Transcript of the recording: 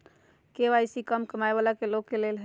KYC का कम कमाये वाला लोग के लेल है?